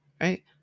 right